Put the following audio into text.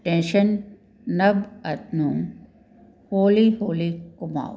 tension knob ਨੂੰ ਹੌਲੀ ਹੌਲੀ ਘੁੰਮਾਓ